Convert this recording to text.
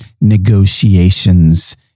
negotiations